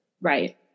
Right